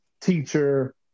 teacher